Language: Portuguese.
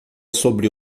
sobre